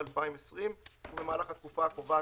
נכון.